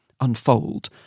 unfold